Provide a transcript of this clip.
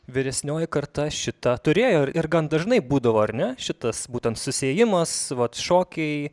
vyresnioji karta šita turėjo ir ir gan dažnai būdavo ar ne šitas būtent susiėjimas vat šokiai